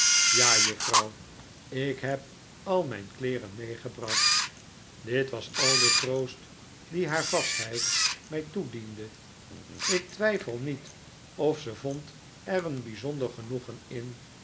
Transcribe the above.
ja juffrouw ik heb al mijn kleeren meegebracht dit was al de troost dien haar vastheid mij toediende ik twijfel niet of ze vond er een bijzonder genoegen in